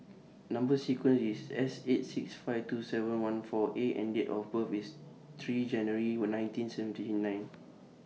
Number sequence IS S eight six five two seven one four A and Date of birth IS three January nineteen seventy nine